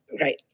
Right